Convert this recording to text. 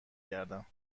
گردم